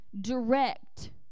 direct